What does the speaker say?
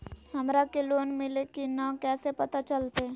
हमरा के लोन मिल्ले की न कैसे पता चलते?